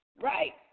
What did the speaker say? right